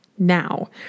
now